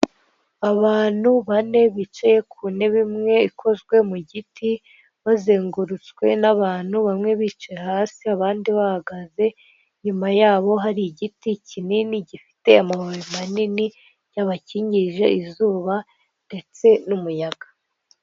Abantu bane bicaye ku ntebe imwe ikozwe mu giti, bazengurutswe n'abantu, bamwe bicaye hasi, abandi bahagaze, inyuma yabo hari igiti kinini gifite amababi manini, cyabakingirije izuba ndetse n'umuyaga.